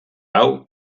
hau